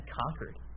conquered